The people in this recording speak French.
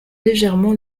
légèrement